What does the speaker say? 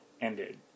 ended